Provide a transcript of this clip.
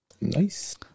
Nice